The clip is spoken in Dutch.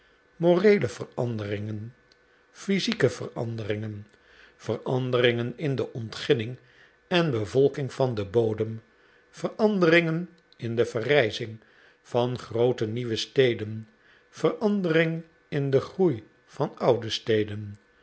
moreele veranderingen physieke veranderingen r veranderingen in de ontginning en bevolking van den bodem veranderingen in de verrijzing van groote nieuwe steden veranderingen in den groei van oude steden